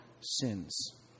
sins